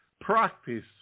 practice